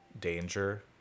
danger